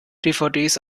dvds